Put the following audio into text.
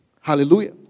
Hallelujah